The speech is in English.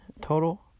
total